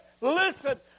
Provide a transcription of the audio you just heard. listen